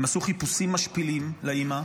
הם עשו חיפושים משפילים לאימא,